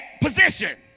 position